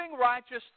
righteous